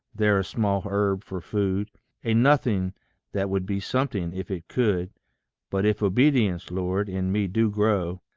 there a small herb for food a nothing that would be something if it could but if obedience, lord, in me do grow,